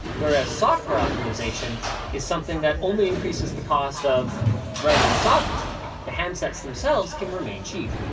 whereas software optimization is something that only increases the cost of writing the software the handsets themselves can remain cheap.